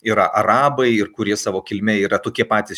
yra arabai ir kurie savo kilme yra tokie patys